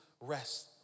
rest